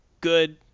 Good